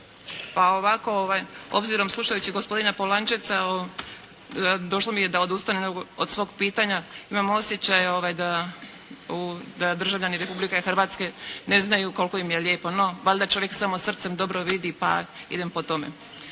Ovako, obzirom slušajući gospodina Polančeca došlo mi je da odustanem od svog pitanja. Imam osjećaj da državljani Republike Hrvatske ne znaju koliko im je lijepo. No, valjda čovjek samo srcem dobro vidi pa idem po tome.